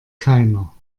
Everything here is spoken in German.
keiner